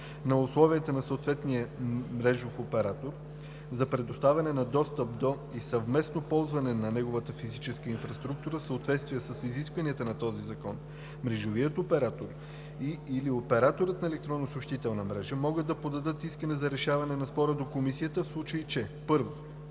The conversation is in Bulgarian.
на условията на съответния мрежов оператор за предоставяне на достъп до и съвместно ползване на неговата физическа инфраструктура в съответствие с изискванията на този закон, мрежовият оператор и/или операторът на електронна съобщителна мрежа могат да подадат искане за решаване на спор до Комисията, в случай че: